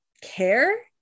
care